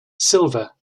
silver